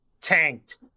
tanked